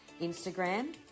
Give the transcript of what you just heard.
Instagram